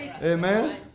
Amen